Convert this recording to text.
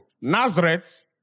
Nazareth